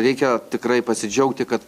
reikia tikrai pasidžiaugti kad